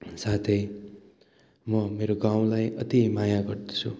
साथै म मेरो गाउँलाई अति माया गर्दछु